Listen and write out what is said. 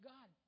God